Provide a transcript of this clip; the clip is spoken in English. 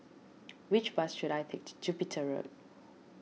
which bus should I take to Jupiter Road